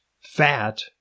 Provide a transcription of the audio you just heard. fat